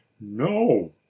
no